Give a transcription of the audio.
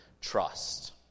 trust